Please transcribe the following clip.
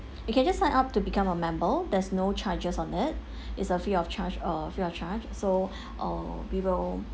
you can just sign up to become a member there's no charges on it is a free of charge err free of charge so uh we will